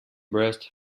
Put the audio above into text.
breast